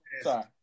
Sorry